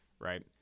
right